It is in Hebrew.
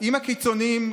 עם הקיצוניים,